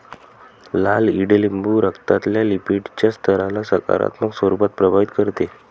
लाल ईडलिंबू रक्तातल्या लिपीडच्या स्तराला सकारात्मक स्वरूपात प्रभावित करते